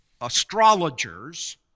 astrologers